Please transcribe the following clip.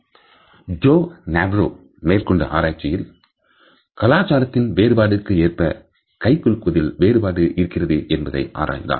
Joe Navarro மேற்கொண்ட ஆராய்ச்சியில் கலாச்சாரத்தின் வேறுபாட்டிற்கு ஏற்ப கைகுலுக்குவதில் வேறுபாடு இருக்கிறது என்பதை ஆராய்ந்தார்